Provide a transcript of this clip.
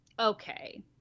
okay